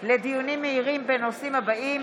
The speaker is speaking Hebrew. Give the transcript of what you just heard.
דיון מהיר בהצעתו של חבר הכנסת עוזי דיין